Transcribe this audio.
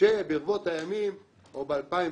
שברבות הימים או ב-2020,